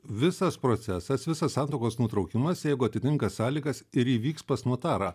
visas procesas visas santuokos nutraukimas jeigu atitinka sąlygas ir įvyks pas notarą